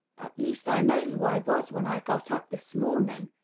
at least i know who i was when i got up this morning,